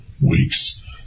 weeks